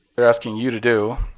they're asking you to do